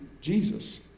Jesus